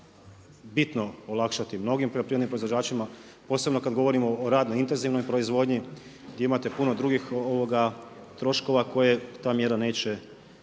bitno olakšati mnogim poljoprivrednim proizvođačima, posebno kad govorimo o radno intenzivnoj proizvodnji gdje imate puno drugih troškova koje ta mjera neće